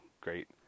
Great